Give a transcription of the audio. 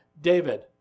David